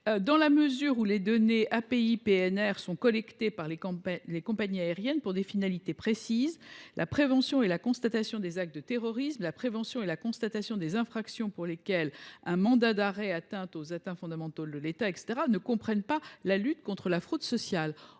dans la mesure où les données API PNR sont collectées par les compagnies aériennes pour des finalités précises – prévention et constatation des actes de terrorisme ; prévention et constatation des infractions pour lesquelles un mandat d’arrêt pour atteinte aux intérêts fondamentaux de l’État est exigé –, qui ne comprennent pas la lutte contre la fraude sociale.